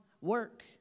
work